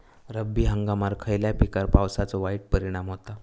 रब्बी हंगामात खयल्या पिकार पावसाचो वाईट परिणाम होता?